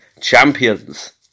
Champions